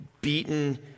beaten